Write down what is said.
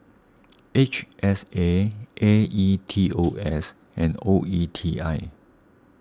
H S A A E T O S and O E T I